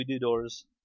doors